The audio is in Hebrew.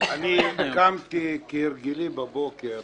אני קמתי כהרגלי בבוקר